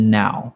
now